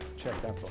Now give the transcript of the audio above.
check that book